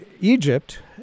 Egypt—